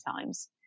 times